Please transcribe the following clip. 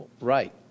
right